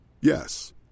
Yes